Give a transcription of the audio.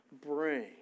bring